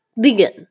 begin